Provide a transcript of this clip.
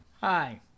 Hi